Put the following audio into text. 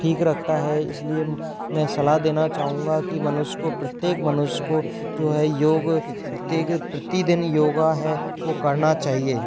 ठीक रखता है इसलिए मैं सलाह देना चाहूँगा कि मनुष्य को प्रत्येक मनुष्य को जो है योग प्रत्येक प्रतिदिन योगा है वह करना चाहिए